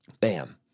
bam